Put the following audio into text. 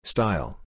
Style